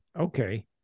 Okay